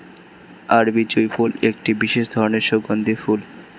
আরবি জুঁই ফুল একটি বিশেষ ধরনের সুগন্ধি ফুল